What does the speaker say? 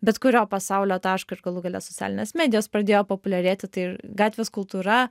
bet kurio pasaulio taško ir galų gale socialinės medijos pradėjo populiarėti tai ir gatvės kultūra